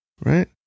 right